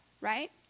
right